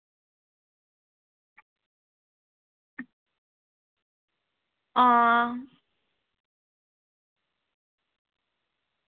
आं